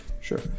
Sure